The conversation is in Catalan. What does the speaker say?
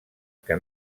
que